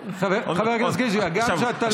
גם כשאתה לא מתפנה,